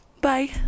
Bye